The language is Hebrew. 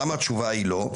למה התשובה היא לא,